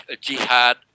jihad